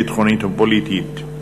ביטחונית ופוליטית.